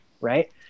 right